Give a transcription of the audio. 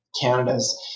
Canada's